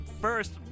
first